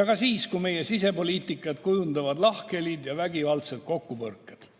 ja ka siis, kui meie sisepoliitikat kujundavad lahkhelid ja vägivaldsed kokkupõrked,